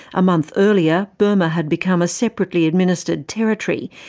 a month earlier, burma had become a separately administered territory,